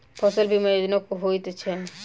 फसल बीमा कोना होइत छै?